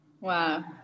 Wow